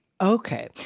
Okay